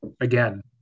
Again